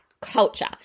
culture